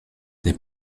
n’est